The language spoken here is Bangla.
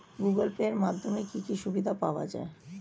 গুগোল পে এর মাধ্যমে কি কি সুবিধা পাওয়া যায়?